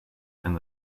and